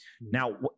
Now